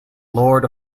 lord